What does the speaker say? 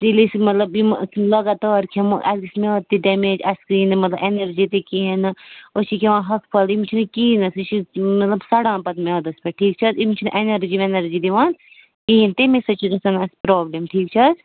ییٚلہِ أسۍ مطلب یِمہٕ لگاتار کھیمَو اَسہِ گژھِ میادٕ تہِ ڈٮ۪میج اَسہِ یی نہٕ مطلب اٮ۪نَرجی تہِ کِہیٖنۍ نہٕ أسۍ چھِ کھیٚوان ہوٚکھٕ پھل یِم چھِنہٕ کِہیٖنۍ نہٕ اَسہِ یہِ چھِ مطلب سَڑان پتہٕ میادَس پٮ۪ٹھ ٹھیٖک چھِ حظ یِم چھِنہٕ اٮ۪نَرجی وٮ۪نَرجی دِوان کِہیٖنۍ تٔمی سۭتۍ چھِ گژھان اَتھ پرابلِم ٹھیٖک چھِ حظ